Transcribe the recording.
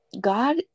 God